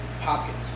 Hopkins